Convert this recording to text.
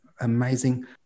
amazing